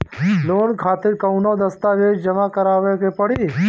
Loan खातिर कौनो दस्तावेज जमा करावे के पड़ी?